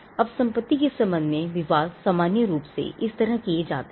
अब संपत्ति के संबंध में विवाद सामान्य रूप से इस तरह से तय किए जाते हैं